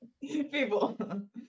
People